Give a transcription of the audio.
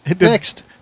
Next